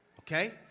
Okay